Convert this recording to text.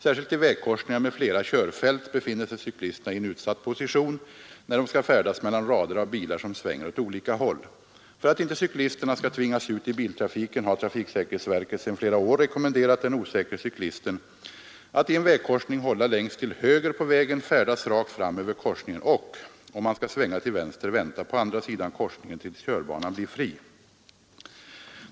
Särskilt i vägkorsningar med flera körfält befinner sig cyklisterna i en utsatt position, när de skall färdas mellan rader av bilar, som svänger åt olika håll. För att inte cyklisterna skall tvingas ut i biltrafiken har trafiksäkerhetsverket sedan flera år rekommenderat den osäkre cyklisten att i en vägkorsning hålla längst till höger på vägen, färdas rakt fram över korsningen och, om han skall svänga till vänster, vänta på andra sidan korsningen tills körbanan blir fri.